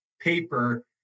paper